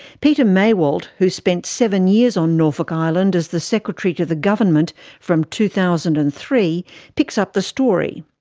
peter maywald who spent seven years on norfolk island as the secretary to the government from two thousand and three picks up the story.